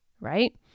right